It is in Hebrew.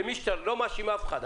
למי שאתה רוצה אני לא מאשים אף אחד,